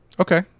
Okay